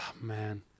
man